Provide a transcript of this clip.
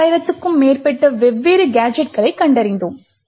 15000 க்கும் மேற்பட்ட வெவ்வேறு கேஜெட்களைக் கண்டறிந்தோம்